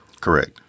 Correct